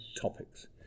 topics